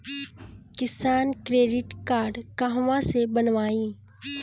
किसान credit card कहवा से बनवाई?